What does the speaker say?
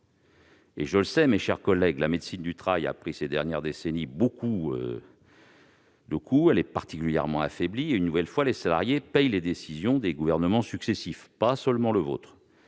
de leur situation médicale. Certes, la médecine du travail a pris ces dernières années beaucoup de coups et elle est particulièrement affaiblie. Une nouvelle fois, les salariés payent les décisions des gouvernements successifs, et pas seulement du vôtre.